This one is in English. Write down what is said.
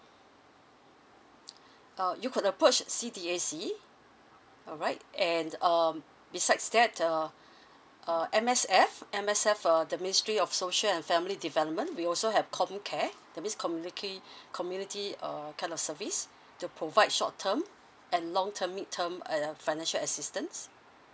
uh you could approach C_D_A_C alright and um besides that uh uh M_S_F M_S_F uh the ministry of social and family development we also have comcare that means community community err kind of service to provide short term and long term mid term and uh financial assistance